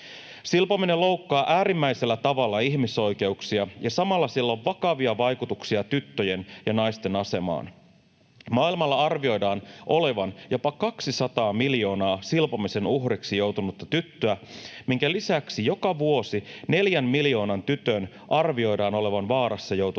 Silpominen loukkaa äärimmäisellä tavalla ihmisoikeuksia, ja samalla sillä on vakavia vaikutuksia tyttöjen ja naisten asemaan. Maailmalla arvioidaan olevan jopa 200 miljoonaa silpomisen uhriksi joutunutta tyttöä, minkä lisäksi joka vuosi neljän miljoonan tytön arvioidaan olevan vaarassa joutua